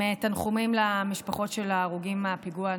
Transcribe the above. עם תנחומים למשפחות של ההרוגים בפיגוע הנוראי.